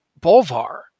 Bolvar